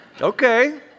Okay